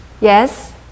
Yes